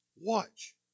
watch